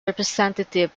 representative